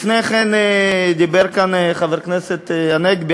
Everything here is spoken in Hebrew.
לפני כן דיבר כאן חבר הכנסת הנגבי,